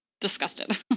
disgusted